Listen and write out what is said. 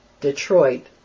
Detroit